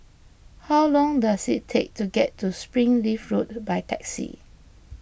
how long does it take to get to Springleaf Road by taxi